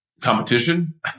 competition